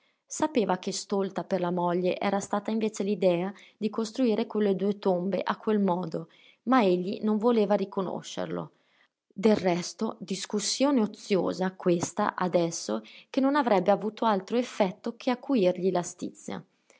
sapeva che stolta per la moglie era stata invece l'idea di costruire quelle due tombe a quel modo ma egli non voleva riconoscerlo del resto discussione oziosa questa adesso che non avrebbe avuto altro effetto che acuirgli la stizza